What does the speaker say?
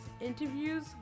interviews